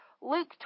Luke